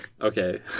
Okay